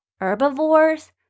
Herbivores